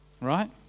Right